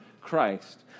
Christ